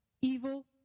Evil